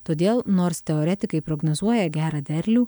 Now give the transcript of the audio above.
todėl nors teoretikai prognozuoja gerą derlių